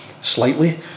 slightly